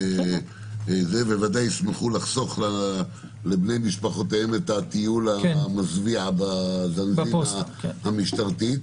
וודאי ישמחו לחסוך לבני משפחותיהם את הטיול המזוויע בזינזאנה המשטרתית.